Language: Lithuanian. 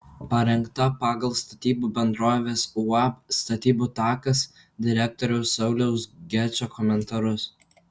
parengta pagal statybų bendrovės uab statybų takas direktoriaus sauliaus gečo komentarus